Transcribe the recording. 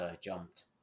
jumped